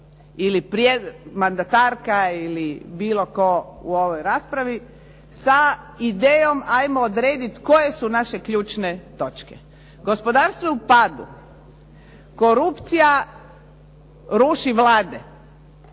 ili mandatarka ili bilo tko u ovoj raspravi sa idejom hajmo odrediti koje su naše ključne točke. Gospodarstvo je u padu, korupcija ruši Vlade,